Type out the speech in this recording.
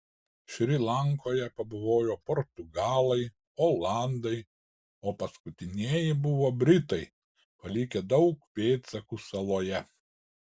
šri lankoje pabuvojo portugalai olandai o paskutinieji buvo britai palikę daug pėdsakų saloje